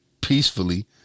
peacefully